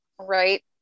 Right